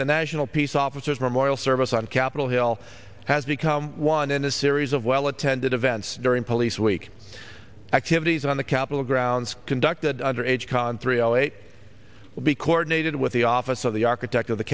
the national peace officers memorial service on capitol hill has become one in a series of well attended events during police week activities on the capitol grounds conducted under age card three o eight will be coordinated with the office of the architect of the